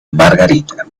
margarita